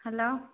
hello